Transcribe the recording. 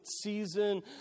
season